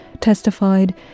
testified